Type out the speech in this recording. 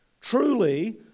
Truly